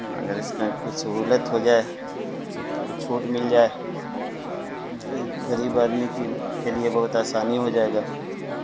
اگر اس میں کچھ سہولت ہو جائے کوئی چھوٹ مل جائے تو غریب آدمی کی کے لیے بہت آسانی ہو جائے گا